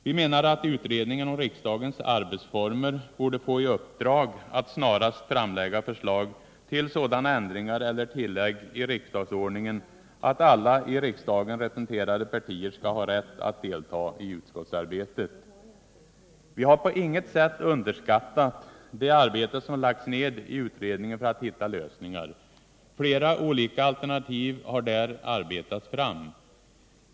Vi menade att utredningen om riksdagens arbetsformer borde få i uppdrag att snarast framlägga förslag till sådana ändringar eller tillägg i riksdagsordningen att alla i riksdagen representerade partier skall ha rätt att delta i utskottsarbetet. Vi har på intet sätt underskattat det arbete som lagts ned i utredningen för att hitta lösningar. Flera olika alternativ har där arbetats fram.